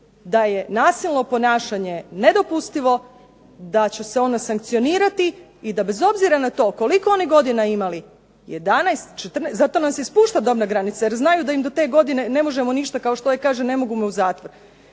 da je nasilno ponašanje nedopustivo, da će se ono sankcionirati i da bez obzira na to koliko oni godina imali 11, 14, zato se i spušta dobna granica jer znaju da im do te godine ne možemo ništa kao što ovaj kaže ne mogu me u zatvor.